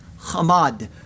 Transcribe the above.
Hamad